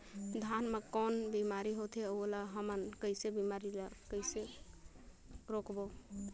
धान मा कौन बीमारी होथे अउ ओला हमन कइसे बीमारी ला कइसे रोकबो?